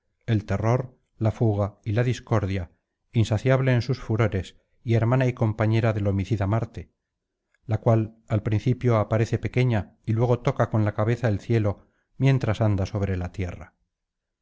el terror la fuga y la discordia insaciable en sus furores y hermana y compañera del homicida marte la cual al principio aparece pequeña y luego toca con la cabeza el cielo mientras anda sobre la tierra